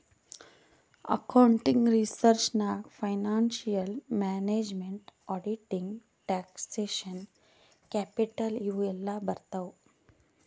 accounting research ನಾಗ್ financial management, auditing, taxation, capital ಇವು ಎಲ್ಲಾ ಬರ್ತಾವ್